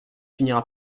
finira